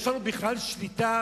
יש לנו בכלל שליטה